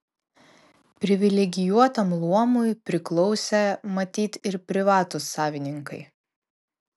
privilegijuotam luomui priklausė matyt ir privatūs savininkai